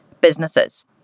businesses